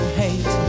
hate